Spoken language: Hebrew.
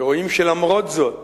רואים שלמרות זאת